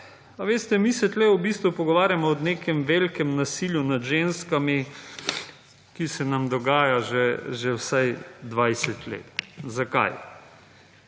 veste, mi se tukaj v bistvu pogovarjamo o nekem velikem nasilju nad ženskami, ki se nam dogaja že vsaj 20 let. Zakaj?